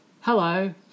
Hello